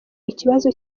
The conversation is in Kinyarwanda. ikibazo